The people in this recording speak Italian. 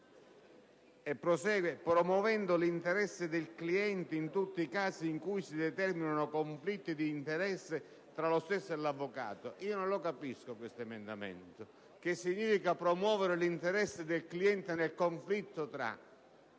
(...), promuovendo l'interesse del cliente in tutti i casi in cui si determinino conflitti di interesse tra lo stesso e l'avvocato». Non capisco questo emendamento: che significa «promuovere l'interesse del cliente nel conflitto tra